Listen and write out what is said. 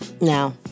Now